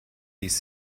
ist